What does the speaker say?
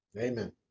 Amen